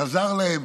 חזרו להם